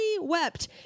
wept